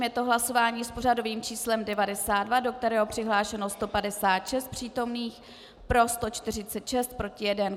Je to hlasování s pořadovým číslem 92, do kterého je přihlášeno 156 přítomných, pro 146, proti 1.